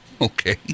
okay